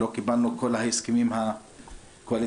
קיבלנו את כל ההסכמים הקואליציוניים.